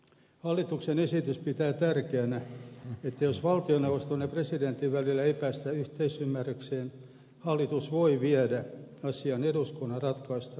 hallituksen esitys pitää tärkeänä sitä että jos valtioneuvoston ja presidentin välillä ei päästä tästä yhteisymmärrykseen hallitus voi viedä asian eduskunnan ratkaistavaksi